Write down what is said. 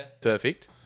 Perfect